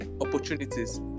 Opportunities